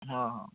ହଁ ହଁ